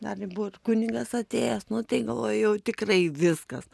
dar ir buvo ir kunigas atėjęs nu tai galvoju jau tikrai viskas